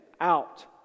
out